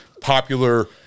popular